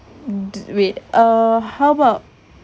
the~ wait err how about